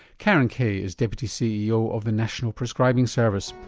karen kaye is deputy ceo of the national prescribing service